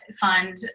fund